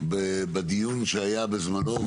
בדיון שהיה בזמנו,